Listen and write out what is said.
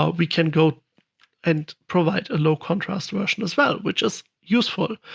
ah we can go and provide a low contrast version as well, which is useful.